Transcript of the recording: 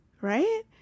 Right